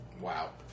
wow